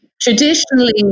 traditionally